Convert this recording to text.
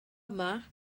yma